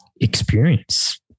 experience